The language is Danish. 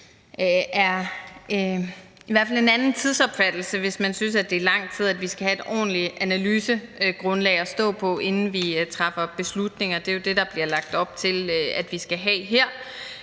at der i hvert fald er tale om en anden tidsopfattelse, hvis man synes, at det er lang tid til at få et ordentligt analysegrundlag at stå på, inden vi træffer beslutninger. Det er jo det, der bliver lagt op til at vi skal have her,